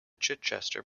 chichester